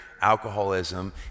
alcoholism